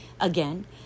Again